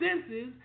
senses